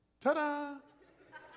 ta-da